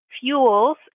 fuels